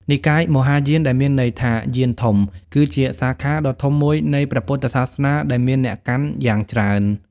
និកាយមហាយាន ដែលមានន័យថា "យានធំ" គឺជាសាខាដ៏ធំមួយនៃព្រះពុទ្ធសាសនាដែលមានអ្នកកាន់យ៉ាងច្រើន។